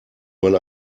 man